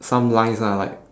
some lines ah like